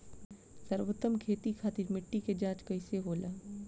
सर्वोत्तम खेती खातिर मिट्टी के जाँच कइसे होला?